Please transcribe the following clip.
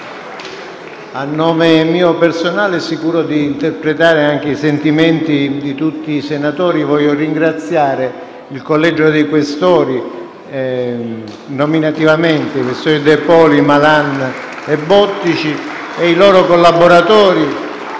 A nome mio personale e sicuro di interpretare i sentimenti di tutti i senatori, voglio ringraziare il Collegio dei Questori, nominativamente i senatori questori De Poli, Malan e Bottici e i loro collaboratori,